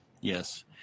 Yes